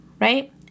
right